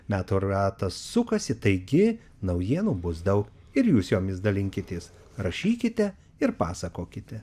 metų ratas sukasi taigi naujienų bus daug ir jūs jomis dalinkitės rašykite ir pasakokite